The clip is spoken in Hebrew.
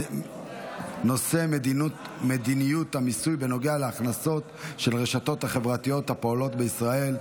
בנושא: מדיניות המיסוי בנוגע להכנסות של רשתות חברתיות הפועלות בישראל.